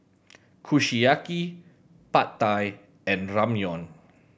Kushiyaki Pad Thai and Ramyeon